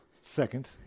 second